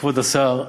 כבוד השר,